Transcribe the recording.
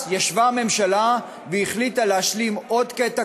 אז ישבה הממשלה והחליטה להשלים עוד קטע